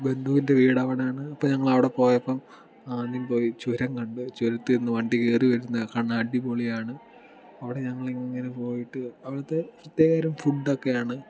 ബന്ധുവിൻ്റെ വീട് അവിടെയാണ് അപ്പോൾ ഞങ്ങൾ അവിടെ പോയപ്പം ആദ്യം പോയി ചുരം കണ്ടു ചുരത്തിൽ നിന്ന് വണ്ടി കയറിവരുന്നത് കാണാൻ അടിപൊളിയാണ് അവിടെ ഞങ്ങൾ ഇങ്ങനെ പോയിട്ട് അവിടുത്തെ പ്രത്യേകതരം ഫുഡ് ഒക്കെയാണ്